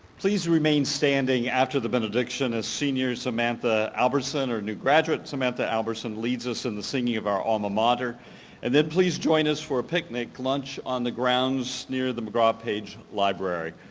please remain standing after the benediction as senior samantha albertson, or new graduate samantha albertson leads us in the singing of our alma mater and then please join us for a picnic lunch on the grounds near the mcgraw-page library.